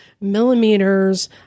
millimeters